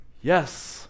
Yes